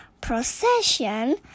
procession